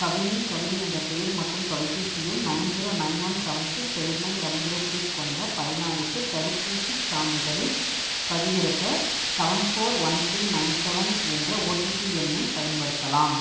கவினி கவினி என்ற பெயர் மற்றும் தொலைபேசி எண் nine zero nine one seven six eight nine double zero three கொண்ட பயனாளிக்கு தடுப்பூசிச் சான்றிதழைப் பதிவிறக்க seven four one three nine seven என்ற ஒடிபி எண்ணை பயன்படுத்தலாம்